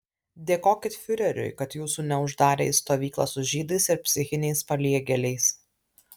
dėkokit fiureriui kad jūsų neuždarė į stovyklą su žydais ir psichiniais paliegėliais